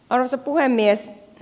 arvoisa puhemies